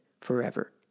forever